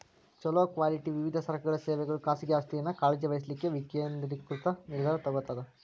ಛೊಲೊ ಕ್ವಾಲಿಟಿ ವಿವಿಧ ಸರಕುಗಳ ಸೇವೆಗಳು ಖಾಸಗಿ ಆಸ್ತಿಯನ್ನ ಕಾಳಜಿ ವಹಿಸ್ಲಿಕ್ಕೆ ವಿಕೇಂದ್ರೇಕೃತ ನಿರ್ಧಾರಾ ತೊಗೊತದ